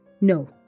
No